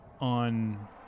on